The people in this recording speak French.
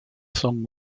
sang